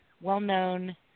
well-known